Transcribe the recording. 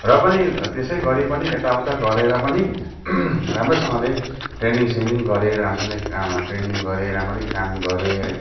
र पनि त्यसै गरे पनि यताउता गरेर पनि राम्रैसँगले ट्रेनिङ सेनिङ गरेँ राम्रैसँगले काम ट्रेनिङ गरेँ राम्ररी काम गरेँ है